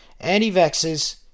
Anti-vaxxers